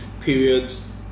periods